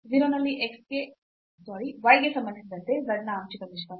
0 ನಲ್ಲಿ y ಗೆ ಸಂಬಂಧಿಸಿದಂತೆ z ನ ಆಂಶಿಕ ನಿಷ್ಪನ್ನ